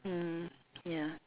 mm ya